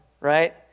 right